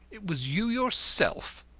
it was you yourself,